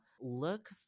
look